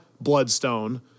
Bloodstone